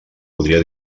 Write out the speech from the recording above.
podria